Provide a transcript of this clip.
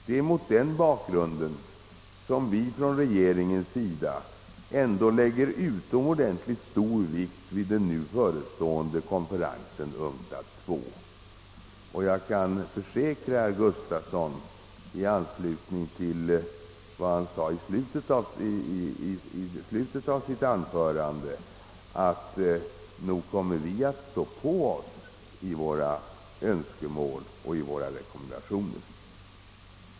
Det är mot den bakgrunden vi från regeringens sida lägger utomordentligt stor vikt vid den förestående konferensen, UNCTAD II. Jag kan försäkra herr Gustafson i anslutning till vad han framhöll i slutet av sitt anförande, att vi nog kommer att stå på oss i våra önskemål och våra rekommendationer.